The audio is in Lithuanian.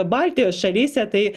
baltijos šalyse tai